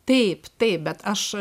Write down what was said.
taip taip bet aš